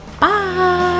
Bye